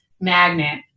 magnet